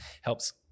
helps